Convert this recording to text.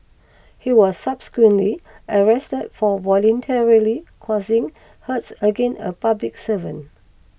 he was subsequently arrested for voluntarily causing hurts against a public servant